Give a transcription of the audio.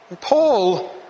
Paul